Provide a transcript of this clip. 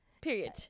period